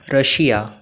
Russia